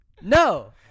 No